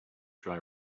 dry